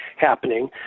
happening